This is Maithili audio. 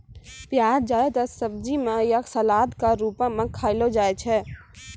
प्याज जादेतर सब्जी म या सलाद क रूपो म खयलो जाय छै